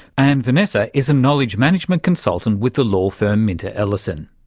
and vanessa is a knowledge management consultant with the law firm minter ellison.